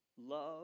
love